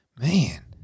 man